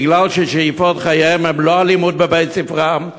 בגלל ששאיפות חייהם הן לא אלימות בבית-ספרם,